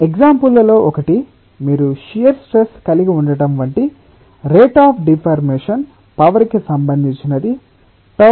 example లలో ఒకటి మీరు షియర్ స్ట్రెస్ కలిగి ఉండటం వంటి రేట్ అఫ్ డిఫార్మేషన్ పవర్ కి సంబంధించినది ταθ n